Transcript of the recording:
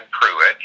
Pruitt